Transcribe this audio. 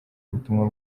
ubutumwa